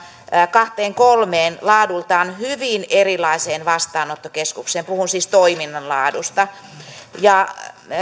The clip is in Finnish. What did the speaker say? kahteen kolmeen laadultaan hyvin erilaiseen vastaanottokeskukseen puhun siis toiminnan laadusta